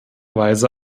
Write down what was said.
weise